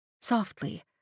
softly